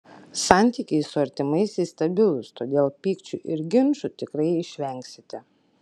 santykiai su artimaisiais stabilūs todėl pykčių ir ginčų tikrai išvengsite